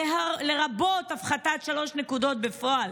לרבות הפחתת שלוש נקודות בפועל